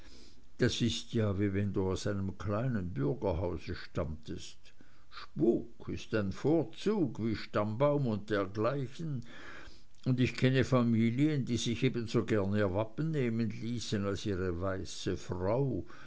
das ist ja wie wenn du aus einem kleinen bürgerhause stammtest spuk ist ein vorzug wie stammbaum und dergleichen und ich kenne familien die sich ebensogern ihr wappen nehmen ließen als ihre weiße frau